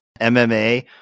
MMA